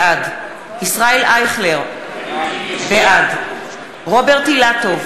בעד ישראל אייכלר, בעד רוברט אילטוב,